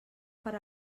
per